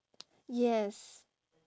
yes